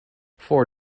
four